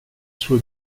suo